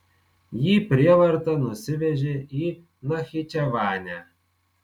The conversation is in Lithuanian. jį prievarta nusivežė į nachičevanę